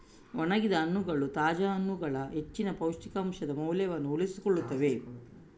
ಒಣಗಿದ ಹಣ್ಣುಗಳು ತಾಜಾ ಹಣ್ಣುಗಳ ಹೆಚ್ಚಿನ ಪೌಷ್ಟಿಕಾಂಶದ ಮೌಲ್ಯವನ್ನು ಉಳಿಸಿಕೊಳ್ಳುತ್ತವೆ